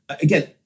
Again